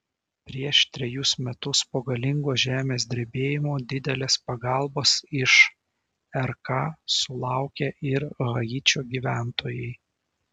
prieš trejus metus po galingo žemės drebėjimo didelės pagalbos iš rk sulaukė ir haičio gyventojai